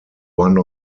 one